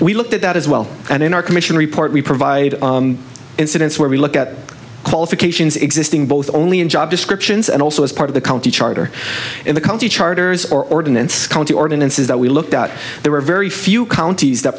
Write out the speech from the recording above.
we looked at that as well and in our commission report we provide incidents where we look at qualifications existing both only in job descriptions and also as part of the county charter in the county charters or ordinance county ordinances that we looked out there were very few counties that